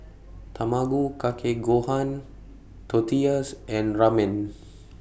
Tamago Kake Gohan Tortillas and Ramen